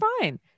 fine